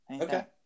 Okay